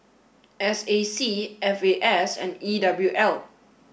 S A C F A S and E W L